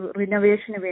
renovation